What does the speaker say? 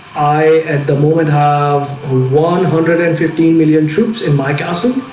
i at the moment have one hundred and fifteen million troops in my castle.